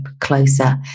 closer